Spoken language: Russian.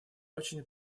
очень